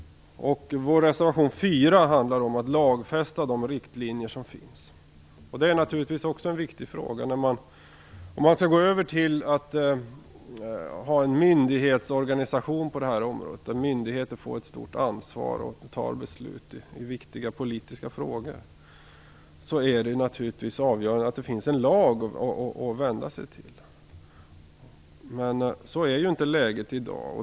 Vår reservation 4 handlar om att lagfästa de riktlinjer som finns. Det är naturligtvis också en viktig fråga. Om man skall gå över till att ha en myndighetsorganisation på det här området, där en myndighet får ett stort ansvar och fattar beslut i viktiga politiska frågor, är det avgörande att det finns en lag att vända sig till. Men så är inte läget i dag.